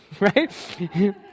right